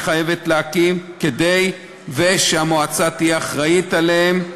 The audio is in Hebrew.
חייבת להקים כדי שהמועצה תהיה אחראית עליהן,